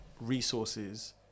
resources